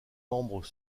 membres